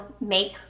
make